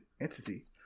entity